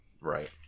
right